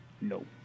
No